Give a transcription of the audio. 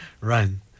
Run